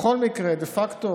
בכל מקרה, דה פקטו